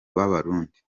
b’abarundi